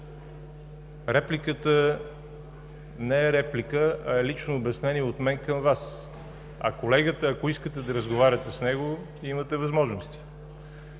Репликата не е реплика, а е лично обяснение от мен към Вас. А колегата, ако искате да разговаряте с него, имате възможности.